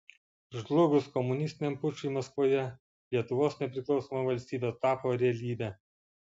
žlugus komunistiniam pučui maskvoje lietuvos nepriklausoma valstybė tapo realybe